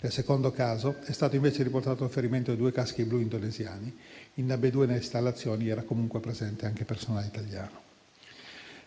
Nel secondo caso, è stato invece riportato il ferimento di due caschi blu indonesiani; in ambedue le installazioni era comunque presente anche personale italiano.